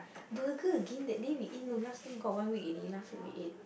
burger again that day we eat no last time got one week already last week we ate